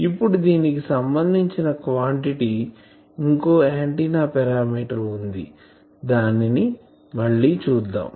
ఇప్పుడు దీనికి సంబంధించిన క్వాంటిటీ ఇంకో ఆంటిన్నా పారామీటర్ వుంది దానిని మళ్ళి చూద్దాం